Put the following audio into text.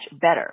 better